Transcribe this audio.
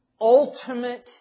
ultimate